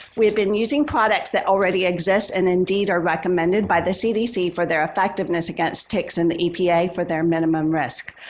we've been using products that already exist and indeed are recommended by the cdc for their effectiveness against ticks in the epa for their minimum risk.